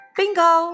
Bingo